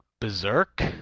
Berserk